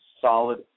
solid